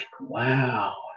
wow